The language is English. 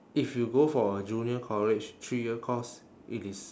if you go for a junior college three year course it is